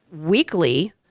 weekly